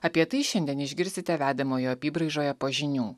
apie tai šiandien išgirsite vedamoj apybraižoje po žinių